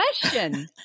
question